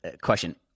question